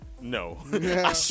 no